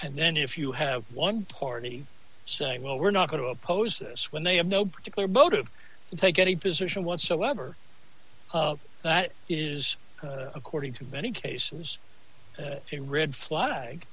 and then if you have one party saying well we're not going to oppose this when they have no particular motive to take any position whatsoever that is according to many cases a red flag